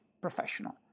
professional